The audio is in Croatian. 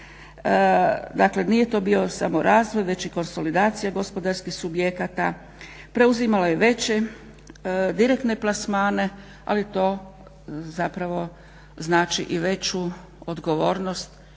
Dakle, nije to bio samo razvoj već i konsolidacija gospodarskih subjekata, preuzimalo je veće direktne plasmane, ali to zapravo znači i veću odgovornost